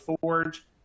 Forge